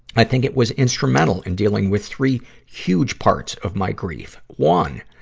i think it was instrumental in dealing with three huge parts of my grief. one,